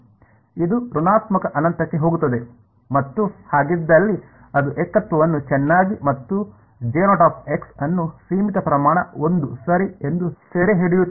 ಇದು ಋಣಾತ್ಮಕ ಅನಂತಕ್ಕೆ ಹೋಗುತ್ತದೆ ಮತ್ತು ಹಾಗಿದ್ದಲ್ಲಿ ಅದು ಏಕತ್ವವನ್ನು ಚೆನ್ನಾಗಿ ಮತ್ತು ಅನ್ನು ಸೀಮಿತ ಪ್ರಮಾಣ 1 ಸರಿ ಎಂದು ಸೆರೆಹಿಡಿಯುತ್ತಿದೆ